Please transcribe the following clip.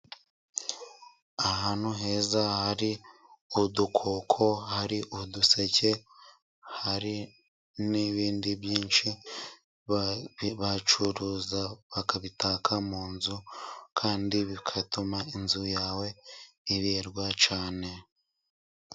Ahantu heza hari udukoko ,hari uduseke hari n'ibindi byinshi. Bacuruza ,bakabitaka mu nzu kandi bigatuma inzu yawe iberwa cane.